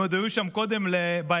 הם עוד היו שם קודם בהיערכות.